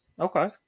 Okay